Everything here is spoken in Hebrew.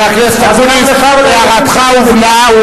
חבר הכנסת אקוניס, הערתך הובנה.